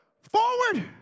forward